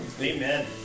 Amen